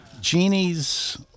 genies